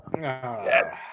Yes